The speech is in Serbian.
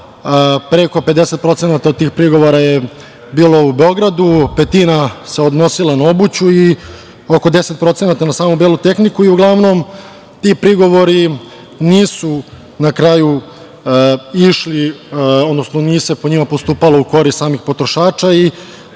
preko 50% od tih prigovora je bilo u Beogradu, petina se odnosila na obuću i oko 10% na samu belu tehniku i uglavnom ti prigovori nisu na kraju išli, odnosno nije se po njima postupalo u korist samih potrošača.